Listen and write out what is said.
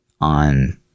on